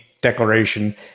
declaration